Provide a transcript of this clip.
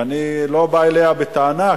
ואני לא בא אליה בטענות,